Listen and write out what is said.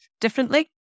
differently